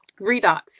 redox